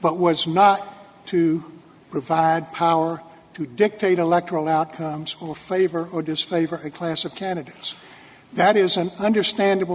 but was not to provide power to dictate electoral outcomes or favor or disfavor a class of candidates that is an understandable